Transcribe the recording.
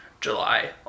july